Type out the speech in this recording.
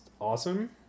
awesome